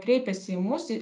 kreipėsi į mus